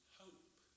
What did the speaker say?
hope